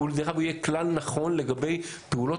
דרך אגב הוא יהיה כלל נכון לגבי פעולות